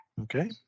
Okay